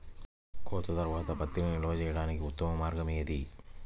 కోత తర్వాత పత్తిని నిల్వ చేయడానికి ఉత్తమ మార్గం ఏది?